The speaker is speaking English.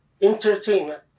entertainment